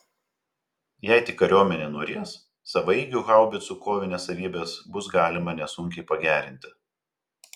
jei tik kariuomenė norės savaeigių haubicų kovinės savybės bus galima nesunkiai pagerinti